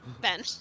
Ben